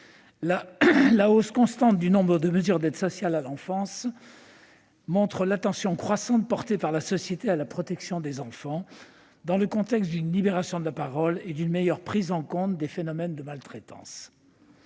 la hausse constante du nombre de mesures d'aide sociale à l'enfance montre l'attention croissante que la société porte à la protection des enfants, dans le contexte d'une libération de la parole et d'une meilleure prise en compte des phénomènes de maltraitance.